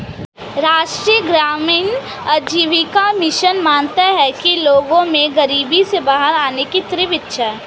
राष्ट्रीय ग्रामीण आजीविका मिशन मानता है कि लोगों में गरीबी से बाहर आने की तीव्र इच्छा है